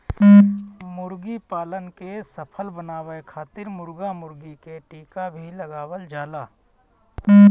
मुर्गीपालन के सफल बनावे खातिर मुर्गा मुर्गी के टीका भी लगावल जाला